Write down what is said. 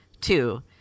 Two